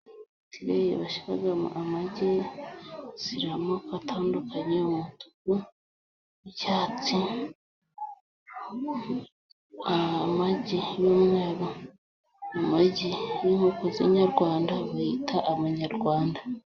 Tereyi bashyiramo amagi, zir'amoko atandukanye, umutuku, icyatsi, amagi y'umweru, amagi y'inkoko zinyarwanda, biyita amanyarwanda.